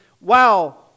wow